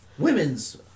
Women's